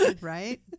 right